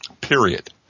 Period